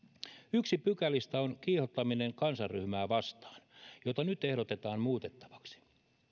yksi pykälistä on kiihottaminen kansanryhmää vastaan jota nyt ehdotetaan muutettavaksi